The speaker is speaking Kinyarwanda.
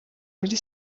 muri